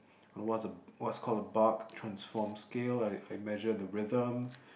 and what's a what's called a bark transform skill I I measure the rhythm